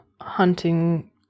hunting